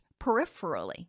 peripherally